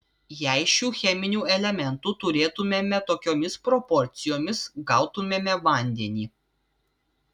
jei šių cheminių elementų turėtumėme tokiomis proporcijomis gautumėme vandenį